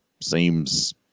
seems